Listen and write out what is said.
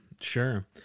sure